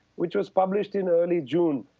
which was published in early june.